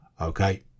okay